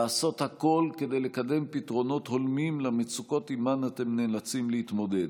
לעשות הכול כדי לקדם פתרונות הולמים למצוקות שעימן אתם נאלצים להתמודד.